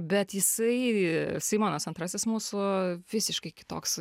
bet jisai simonas antrasis mūsų visiškai kitoks